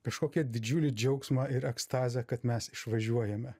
kažkokią didžiulį džiaugsmą ir ekstazę kad mes išvažiuojame